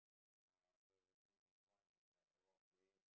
uh so the place is once is a havoc place